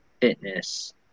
fitness